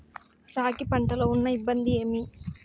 రాగి పంటలో ఉన్న ఇబ్బంది ఏమి?